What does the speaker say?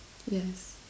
yes